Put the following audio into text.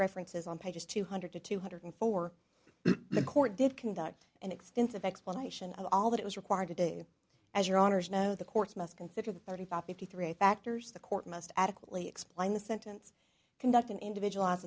references on pages two hundred to two hundred four the court did conduct an extensive explanation of all that it was required to do as your honour's know the courts must consider the thirty five fifty three factors the court must adequately explain the sentence conduct an individual